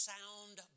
Sound